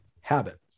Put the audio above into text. habit